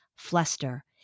Fluster